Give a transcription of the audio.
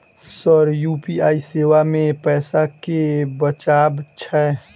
Sir UPI सेवा मे पैसा केँ बचाब छैय?